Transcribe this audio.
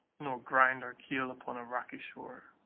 nor grind our keel upon a rocky shore.